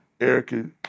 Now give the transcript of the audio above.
Erica